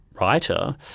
writer